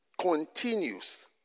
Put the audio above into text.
continues